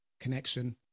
connection